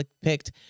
picked